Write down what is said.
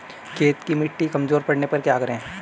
खेत की मिटी कमजोर पड़ने पर क्या करें?